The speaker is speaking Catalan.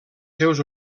seus